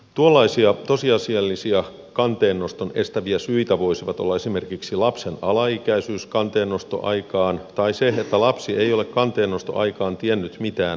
tuollaisia tosiasiallisia kanteennoston estäviä syitä voisi olla esimerkiksi lapsen alaikäisyys kanteennostoaikaan tai se että lapsi ei ole kanteennostoaikaan tiennyt mitään isästään